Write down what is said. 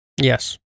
Yes